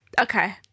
Okay